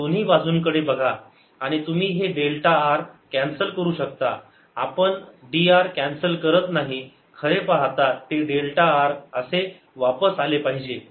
या दोन्ही बाजूंकडे बघा आणि तुम्ही हे डेल्टा r कॅन्सल करू शकता आपण dr कॅन्सल करत नाही खरे पाहता ते डेल्टा r असे वापस आले पाहिजे